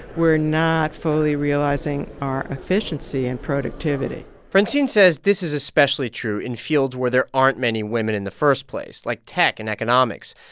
we're not fully realizing our efficiency and productivity francine says this is especially true in fields where there aren't many women in the first place, like tech and economics,